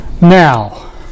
Now